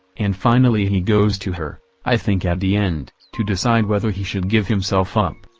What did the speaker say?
and finally he goes to her, i think at the end, to decide whether he should give himself up.